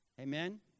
Amen